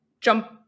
jump